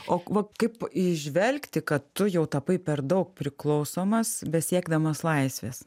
o va kaip įžvelgti kad tu jau tapai per daug priklausomas besiekdamas laisvės